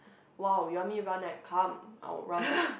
!wow! you want me to run right come I would run